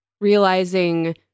realizing